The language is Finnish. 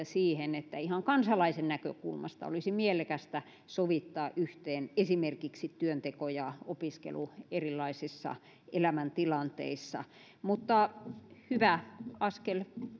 siihen että ihan kansalaisen näkökulmasta olisi mielekästä sovittaa yhteen esimerkiksi työnteko ja opiskelu erilaisissa elämäntilanteissa mutta hyvä askel